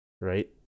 right